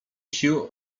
sił